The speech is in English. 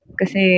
kasi